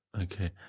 Okay